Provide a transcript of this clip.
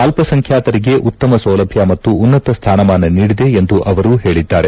ಅಲ್ಪಸಂಖ್ಡಾತರಿಗೆ ಉತ್ತಮ ಸೌಲಭ್ಯ ಮತ್ತು ಉನ್ನತ ಸ್ಥಾನಮಾನ ನೀಡಿದೆ ಎಂದು ಅವರು ಹೇಳಿದ್ದಾರೆ